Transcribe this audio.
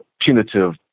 punitive